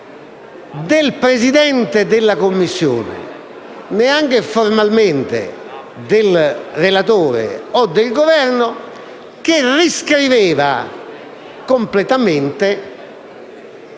del Presidente della Commissione, neanche formalmente del relatore o del Governo, che riscriveva completamente